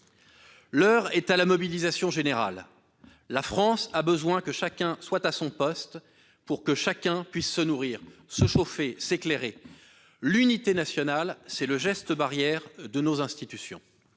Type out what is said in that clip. L'heure est à la mobilisation générale. La France a besoin, je le répète, que chacun soit à son poste, pour que tout le monde puisse se nourrir, se chauffer, s'éclairer. L'unité nationale est le geste barrière de nos institutions.